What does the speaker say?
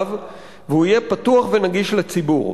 ממוחשב ויהיה פתוח ונגיש לציבור.